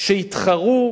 שיתחרו,